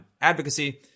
advocacy